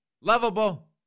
lovable